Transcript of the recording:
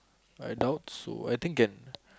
I doubt so I think can